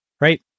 right